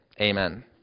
Amen